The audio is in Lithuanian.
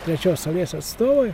trečios šalies atstovai